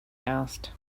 asked